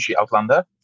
Outlander